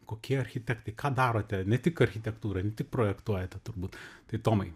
kokie architektai ką darote ne tik architektūrą ne tik projektuojate turbūt tai tomai